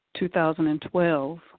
2012